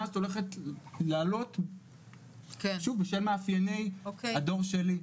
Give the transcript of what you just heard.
הזאת הולכת לעלות בשל מאפייני הדור שלי,